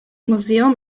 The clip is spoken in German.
museum